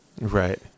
Right